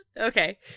Okay